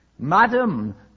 Madam